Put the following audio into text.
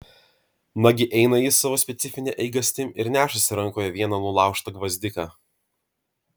nagi eina jis savo specifine eigastim ir nešasi rankoje vieną nulaužtą gvazdiką